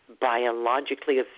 biologically